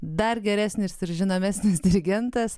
dar geresnis ir žinomesnis dirigentas